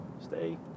Stay